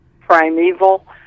primeval